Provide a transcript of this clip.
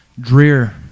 drear